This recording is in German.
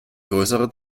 größere